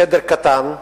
חדר קטן,